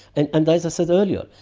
and and as i said earlier,